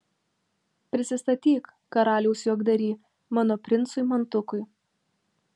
prisistatyk karaliaus juokdary mano princui mantukui